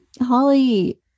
Holly